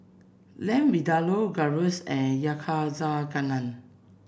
Lamb Vindaloo Gyros and Yakizakana